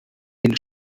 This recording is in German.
den